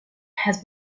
has